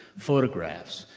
photographs,